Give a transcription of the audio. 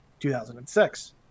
2006